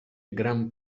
gran